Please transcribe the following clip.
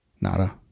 nada